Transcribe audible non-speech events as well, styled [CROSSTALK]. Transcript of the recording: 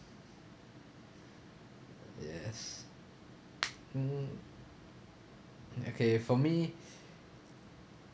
yes um okay for me [BREATH]